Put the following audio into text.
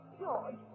George